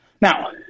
Now